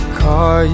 car